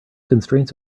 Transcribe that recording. constraints